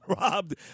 robbed